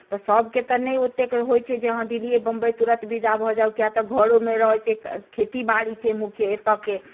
तऽ सभकेँ तऽ ओतेक नहि होइत छै जे हँ दिल्लीए बम्बइ तुरन्त विदा भऽ जाउ कियाक तऽ घरोमे रहैत छै खेतीबाड़ी छै मुख्य एतयके